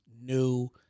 new